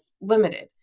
limited